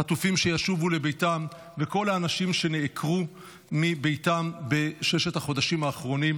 החטופים שישובו לביתם וכל האנשים שנעקרו מביתם בששת החודשים האחרונים.